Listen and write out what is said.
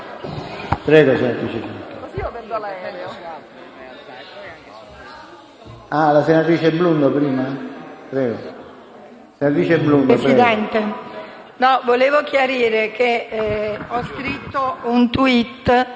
Presidente, vorrei chiarire che ho scritto un *tweet*,